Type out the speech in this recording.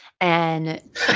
And-